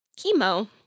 chemo